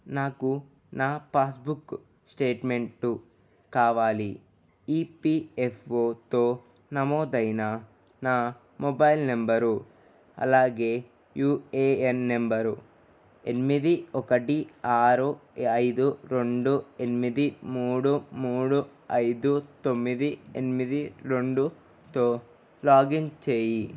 నాకు నా passbook statement కావాలి ఈపిఎఫ్ఓతో నమోదైన నా మొబైల్ నంబరు అలాగే యుఏఎన్ నెంబరు ఎనిమిది ఒకటి ఆరు ఐదు రెండు ఎనిమిది మూడు మూడు ఐదు తొమ్మిది ఎనిమిది రెండుతో లాగిన్ చేయి